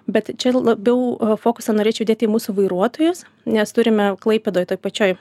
bet čia labiau fokusą norėčiau dėti į mūsų vairuotojus nes turime klaipėdoj toj pačioj